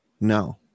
No